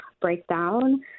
breakdown